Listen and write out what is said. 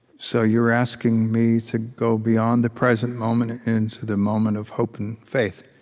so you're asking me to go beyond the present moment, into the moment of hope and faith.